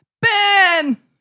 Ben